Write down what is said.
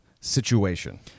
situation